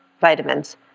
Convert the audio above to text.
vitamins